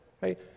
right